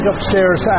upstairs